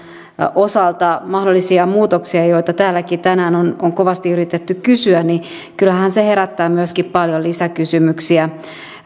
osalta mahdollisia muutoksia joita täälläkin tänään on on kovasti yritetty kysyä niin kyllähän se herättää myöskin paljon lisäkysymyksiä